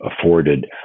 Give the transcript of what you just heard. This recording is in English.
afforded